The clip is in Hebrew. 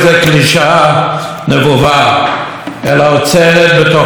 בתוכה את תמצית הווייתנו בבית הזה.